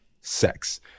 sex